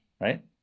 right